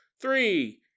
Three